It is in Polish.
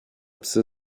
psy